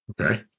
Okay